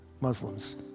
Muslims